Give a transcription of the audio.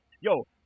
Yo